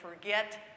forget